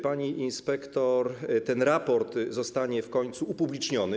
Pani inspektor, czy ten raport zostanie w końcu upubliczniony?